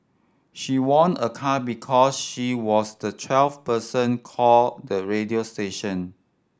she won a car because she was the twelfth person call the radio station